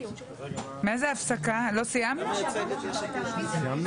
אנחנו נודיע מתי תתחדש הישיבה.